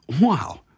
wow